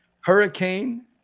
Hurricane